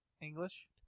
English